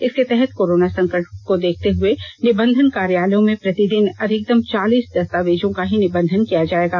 इसके तहत कोरोना संकट को देखते हुए निबंधन कार्यालयों में प्रतिदिन अधिकतम चालीस दस्तावेजों का ही निबंधन किया जाएगा